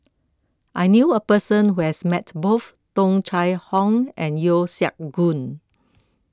I knew a person who has met both Tung Chye Hong and Yeo Siak Goon